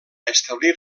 establir